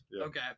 Okay